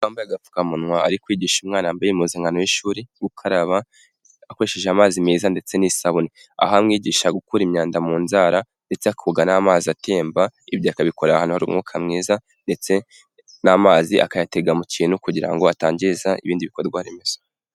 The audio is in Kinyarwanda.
Umu mama wampaye agapfukamunwa, ari kwigisha umwana wambaye impuzankano y'ishuri gukaraba akoresheje amazi meza, ndetse n'isabune aha amwigisha gukura imyanda mu nzara, ndetse akoga n'amazi atemba. Ibyo akabikora ahantu hari umwuka mwiza, ndetse n'amazi akayatega mu kintu kugira ngo atangiza ibindi bikorwa remezo.